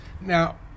Now